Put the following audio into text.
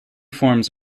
forms